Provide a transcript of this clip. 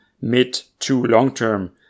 mid-to-long-term